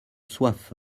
soif